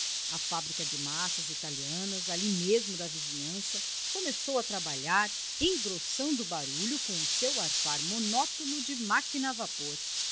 a fábrica de massas italianas ali mesmo da vizinhança começou a trabalhar engrossando o barulho com o seu arfar monótono de máquina a